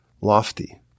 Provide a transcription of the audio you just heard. lofty